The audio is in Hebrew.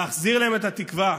להחזיר להם את התקווה,